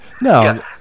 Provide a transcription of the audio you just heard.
No